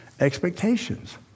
expectations